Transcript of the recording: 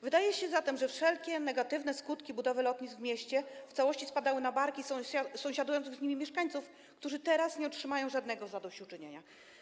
Wydaje się zatem, że wszelkie negatywne skutki budowy lotnisk w mieście w całości spadały na barki sąsiadujących z nimi mieszkańców, którzy teraz nie otrzymają żadnego zadośćuczynienia.